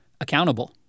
accountable